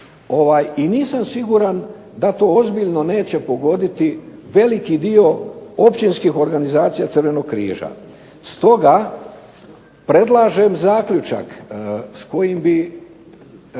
i nisam siguran da to ozbiljno neće pogoditi veliki dio općinskih organizacija Crvenog križa. Stoga predlažem zaključak kojega bismo